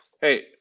Hey